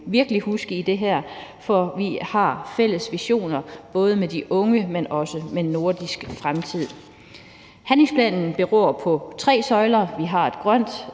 virkelig huske i det her, for vi har fælles visioner både med de unge, men også om Nordens fremtid. Handlingsplanen beror på tre søjler: Vi har et grønt